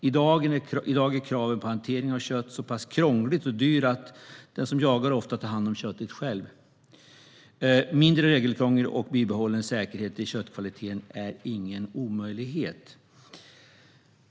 I dag är kraven på hantering av kött så pass krångliga och dyra att den som jagar ofta tar hand om köttet själv. Mindre regelkrångel och bibehållen säkerhet i köttkvaliteten är ingen omöjlighet.